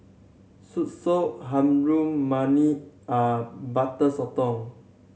soursop harum mani are Butter Sotong